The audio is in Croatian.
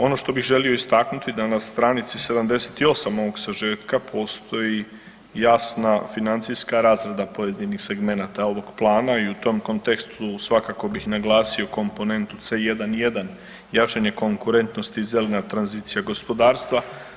Ono što bih želio istaknuti da na stranici 78 ovog sažetka postoji jasna financijska razrada pojedinih segmenata ovog plana i u tom kontekstu svakako bih naglasio komponentu C1.1. Jačanje konkurentnosti, zelena tranzicija gospodarstva.